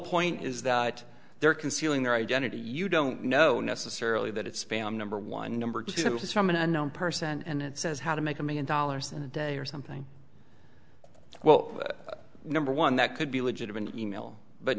point is that there concealing their identity you don't know necessarily that it's spam number one number because it was from an unknown person and it says how to make a million dollars a day or something well number one that could be legit of an email but